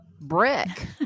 brick